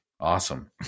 Awesome